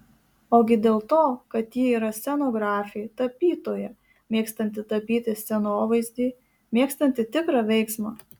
ogi dėl to kad ji yra scenografė tapytoja mėgstanti tapyti scenovaizdį mėgstanti tikrą veiksmą